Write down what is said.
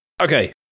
Okay